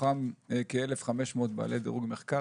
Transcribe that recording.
מתוכם כ-1,500 בעלי דירוג מחקר,